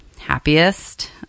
happiest